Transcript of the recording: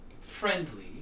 friendly